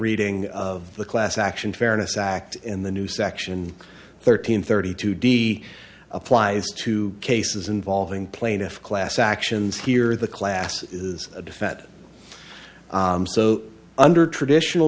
reading of the class action fairness act in the new section thirteen thirty two d applies to cases involving plaintiff class actions here the class is a defendant so under traditional